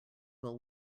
will